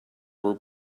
were